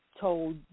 told